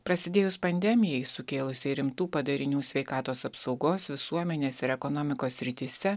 prasidėjus pandemijai sukėlusiai rimtų padarinių sveikatos apsaugos visuomenės ir ekonomikos srityse